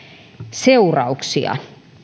seurauksia